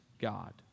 God